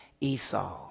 Esau